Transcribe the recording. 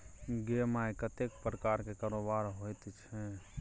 गै माय कतेक प्रकारक कारोबार होइत छै